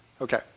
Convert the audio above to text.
Okay